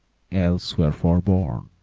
else wherefore born